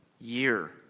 year